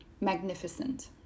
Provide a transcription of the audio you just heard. magnificent